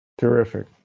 Terrific